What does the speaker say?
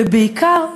ובעיקר,